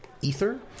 ether